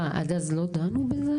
מה, עד אז לא דנו בזה?